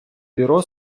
бюро